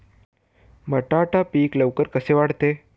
बटाटा पीक लवकर कसे वाढते?